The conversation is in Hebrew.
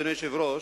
אדוני היושב-ראש,